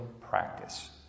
practice